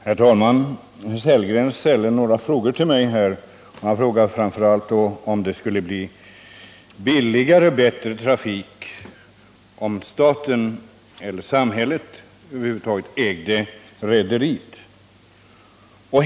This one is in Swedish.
Herr talman! Rolf Sellgren ställde några frågor till mig. Han frågade bl.a. om det skulle bli en billigare och bättre trafik, om samhället ägde rederiet.